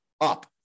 up